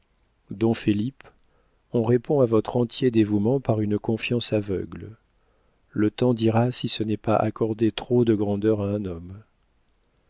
on répond à votre entier dévouement par une confiance aveugle le temps dira si ce n'est pas accorder trop de grandeur à un homme